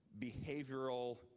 behavioral